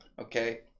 Okay